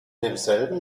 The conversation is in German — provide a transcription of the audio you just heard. demselben